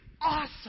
awesome